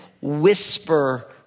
whisper